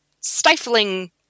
stifling